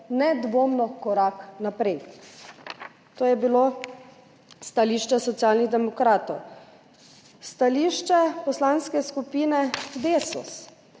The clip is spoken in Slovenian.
nedvomno korak naprej.« To je bilo stališče Socialnih demokratov. Stališče Poslanske skupine DeSUS: